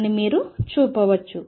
అని మీరు చూపవచ్చు